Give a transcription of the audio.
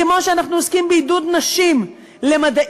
כמו שאנחנו עוסקים בעידוד נשים למדעים,